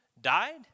died